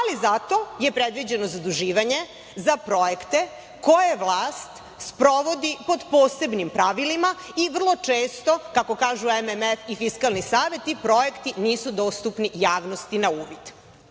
ali zato je predviđeno zaduživanje za projekte koje vlast sprovodi pod posebnim pravilima i vrlo često, kako kažu MMF i Fiskalni savet, ti projekti nisu dostupni javnosti na uvid.